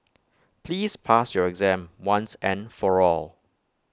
please pass your exam once and for all